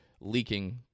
leaking